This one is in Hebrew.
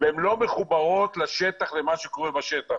והן לא מחוברות לשטח ולמה שקורה בשטח.